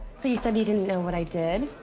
so you said you didn't know what i did.